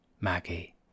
maggie